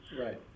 Right